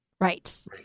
Right